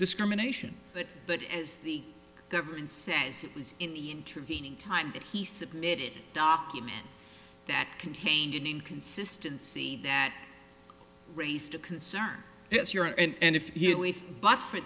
discrimination but as the government says it was in the intervening time that he submitted document that contained an inconsistency that raised a concern this year and if you if but for